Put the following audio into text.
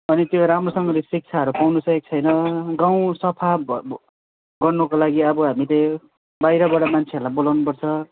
अनि त्यो राम्रोसँगले शिक्षाहरू पाउनु सकेको छैन गाउँ सफा गर्नुको लागि अब हामीले बाहिरबाट मान्छेहरूलाई बोलाउनु पर्छ